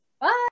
Bye